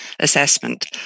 assessment